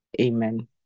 Amen